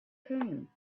came